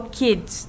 kids